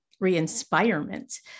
re-inspirement